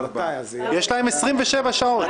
יש להם 27 שעות.